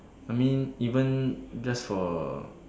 I mean even just for